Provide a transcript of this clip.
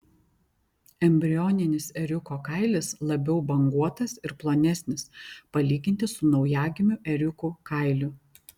embrioninis ėriuko kailis labiau banguotas ir plonesnis palyginti su naujagimių ėriukų kailiu